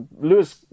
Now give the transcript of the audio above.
Lewis